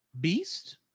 Beast